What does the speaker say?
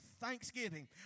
thanksgiving